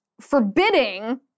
forbidding